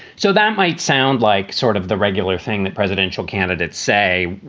so that might sound like sort of the regular thing that presidential candidates say,